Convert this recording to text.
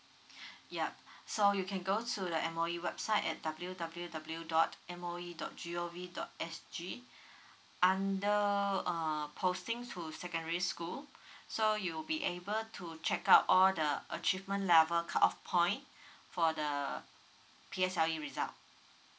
yup so you can go to the M_O_E website at W_W_W dot M O E dot G_O_V dot S_G under uh postings to secondary school so you'll be able to check out all the achievement level cut off point for the P_S_L_E result